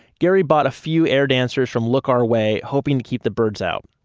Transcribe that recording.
gary bought a few air dancers from look our way hoping to keep the birds out.